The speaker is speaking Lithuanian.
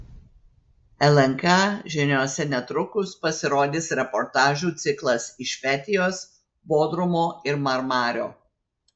lnk žiniose netrukus pasirodys reportažų ciklas iš fetijos bodrumo ir marmario